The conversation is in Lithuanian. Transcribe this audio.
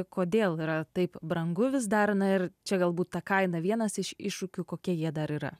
kodėl yra taip brangu vis dar na ir čia galbūt ta kaina vienas iš iššūkių kokie jie dar yra